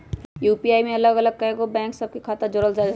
UPI में अलग अलग बैंक सभ के कएगो खता के जोड़ल जा सकइ छै